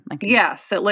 Yes